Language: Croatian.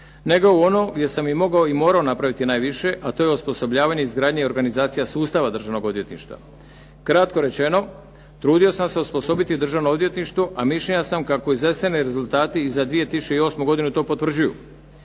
nego u onom gdje sam i mogao i morao napraviti najviše, a to je osposobljavanje, izgradnja i organizacija sustava državnog odvjetništva. Kratko rečeno trudio sam se osposobiti Državno odvjetništvo, a mišljenja sam kako iznesene rezultate i za 2008. godinu to potvrđuju.